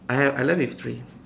I I left with three